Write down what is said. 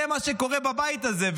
זה מה שקורה בבית הזה.